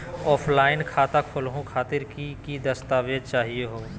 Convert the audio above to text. Offline खाता खोलहु खातिर की की दस्तावेज चाहीयो हो?